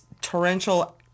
torrential